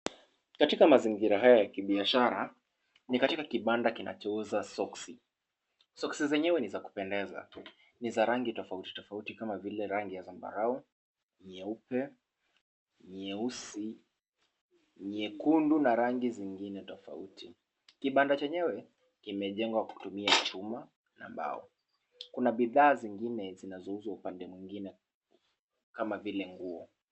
Katika mazingira haya ya kibiashara, ni katika kibanda kinachouza soksi. Soksi zenyewe ni za kupendeza. Ni za rangi tofauti tofauti kama vile rangi ya zambarau, nyeupe, nyeusi, nyekundu na rangi zingine tofauti. Kibanda chenyewe kimejengwa kutumia chuma na mbao. Kuna bidhaa zingine zinazouzwa upande mwingine kama vile nguo.